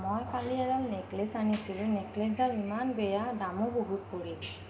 মই কালি এডাল নেকলেচ আনিছিলোঁ নেকলেচডাল ইমান বেয়া দামো বহুত পৰিল